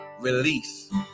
release